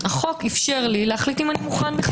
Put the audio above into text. החוק אפשר לי להחליט אם אני מוכן,